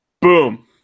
boom